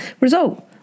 result